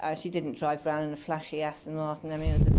ah she didn't drive around in a flashy aston martin. i mean